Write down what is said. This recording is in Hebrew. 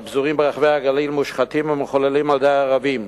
הפזורים ברחבי הגליל מושחתים ומחוללים על-ידי ערבים.